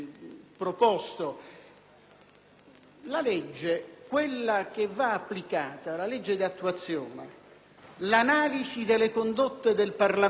La legge - quella che va applicata, la legge di attuazione e l'analisi delle condotte del parlamentare